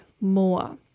more